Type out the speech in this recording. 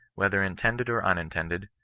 whether intended or unintended,